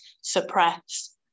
suppress